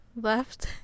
left